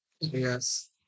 Yes